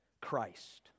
Christ